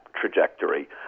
trajectory